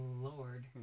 lord